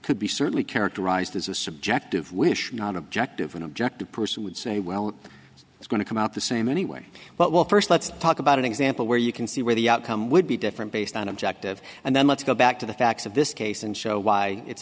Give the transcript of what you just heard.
could be certainly characterized as a subjective wish not objective an objective person would say well it's going to come out the same anyway but well first let's talk about an example where you can see where the outcome would be different based on objective and then let's go back to the facts of this case and show why it's